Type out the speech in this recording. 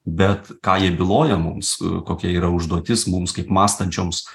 bet ką jie byloja mums kokia yra užduotis mums kaip mąstančioms